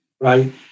right